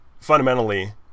fundamentally